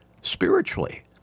spiritually